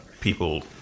people